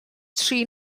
tri